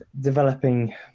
developing